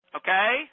okay